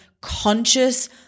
conscious